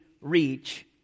reach